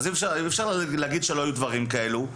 אי אפשר להגיד שלא היו דברים כאלו.